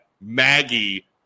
Maggie